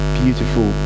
beautiful